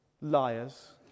Liars